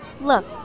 Look